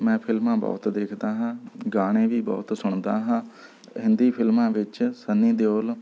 ਮੈਂ ਫਿਲਮਾਂ ਬਹੁਤ ਦੇਖਦਾ ਹਾਂ ਗਾਣੇ ਵੀ ਬਹੁਤ ਸੁਣਦਾ ਹਾਂ ਹਿੰਦੀ ਫਿਲਮਾਂ ਵਿੱਚ ਸੰਨੀ ਦਿਓਲ